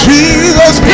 Jesus